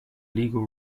legal